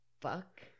fuck